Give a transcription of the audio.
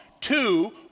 two